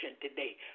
today